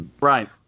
Right